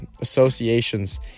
associations